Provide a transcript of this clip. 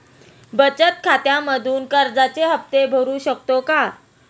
बचत खात्यामधून कर्जाचे हफ्ते भरू शकतो का?